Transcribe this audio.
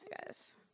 guys